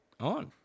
On